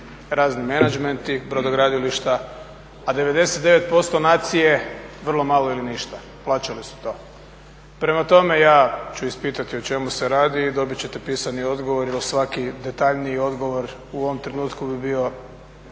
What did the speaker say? razni menadžmenti, brodogradilišta, a 99% nacije vrlo malo ili ništa, plaćali su to. Prema tome ja ću ispitati o čemu se radi i dobit ćete pisani odgovor jer svaki detaljniji odgovor u ovom trenutku bi bio